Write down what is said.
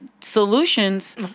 solutions